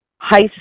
high